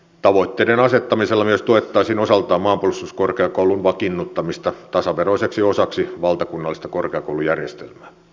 tavoitteiden asettamisella myös tuettaisiin osaltaan maanpuolustuskorkeakoulun vakiinnuttamista tasaveroiseksi osaksi valtakunnallista korkeakoulujärjestelmää